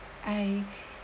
I